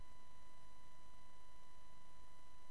במדינות